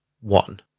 one